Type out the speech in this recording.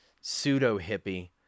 pseudo-hippie